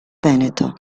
veneto